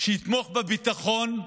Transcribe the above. שיתמוך בביטחון,